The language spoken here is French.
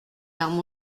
larmes